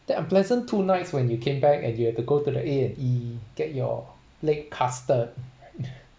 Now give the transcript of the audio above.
that unpleasant two nights when you came back and you have to go to the A_&_E get your leg casted